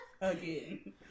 Again